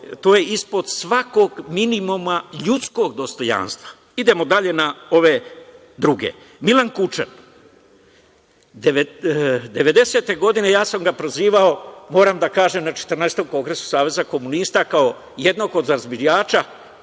to je ispod svakog minimuma ljudskog dostojanstva. Idemo dalje na ove druge, Milan Kučar, devedesete godine sam ga prozivao, moram da kažem, na 14. Kongresu saveza komunista kao jednog od razbijača